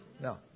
No